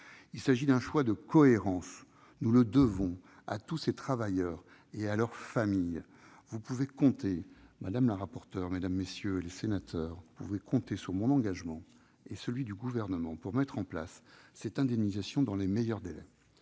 Il s'agit d'un choix de cohérence : nous le devons à tous ces travailleurs et à leurs familles. Vous pouvez compter, madame la rapporteure, mesdames, messieurs les sénateurs, sur mon engagement et celui du Gouvernement pour mettre en place cette indemnisation dans les meilleurs délais.